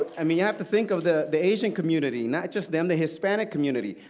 i mean have to think of the the asian community, not just them, the hispanic community,